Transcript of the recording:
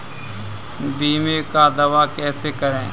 बीमे का दावा कैसे करें?